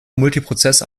multiprozess